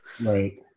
Right